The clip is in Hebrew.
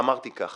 ואמרתי כך